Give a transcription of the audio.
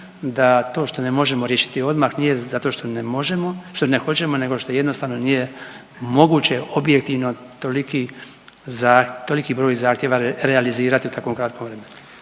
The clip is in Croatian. da to što ne možemo riješiti odmah nije zato što ne možemo, što ne hoćemo nego što jednostavno nije moguće objektivno toliki, toliki broj zahtjeva realizirati u tako kratkom vremenu.